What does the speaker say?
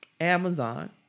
Amazon